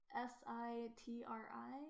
S-I-T-R-I